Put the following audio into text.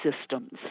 systems